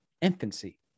infancy